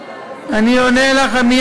אבל אתה לא עונה על הקמת, אני עונה לך.